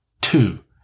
Two